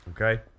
Okay